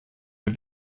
wir